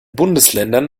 bundesländern